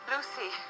Lucy